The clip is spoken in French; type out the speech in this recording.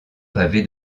pavé